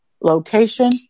location